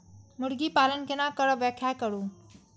मुर्गी पालन केना करब व्याख्या करु?